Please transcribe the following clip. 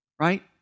Right